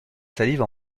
salive